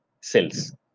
cells